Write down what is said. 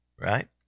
right